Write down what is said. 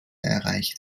erreicht